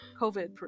COVID